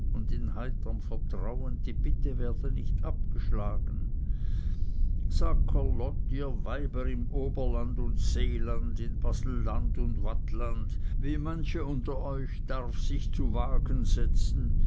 und in heiterm vertrauen die bitte werde nicht abgeschlagen sackerlot ihr weiber im oberland und seeland in baselland und waadtland wie manche unter euch darf sich zu wagen setzen